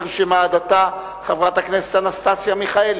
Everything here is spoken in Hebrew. נרשמה עד עתה חברת הכנסת אנסטסיה מיכאלי.